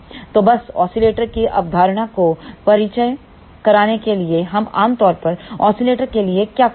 तो बस ओसीलेटर की अवधारणा को परिचय कराने के लिए हम आम तौर पर ओसीलेटर के लिए क्या करते हैं